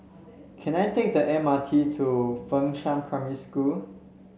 can I take the M R T to Fengshan Primary School